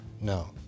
no